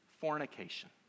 fornication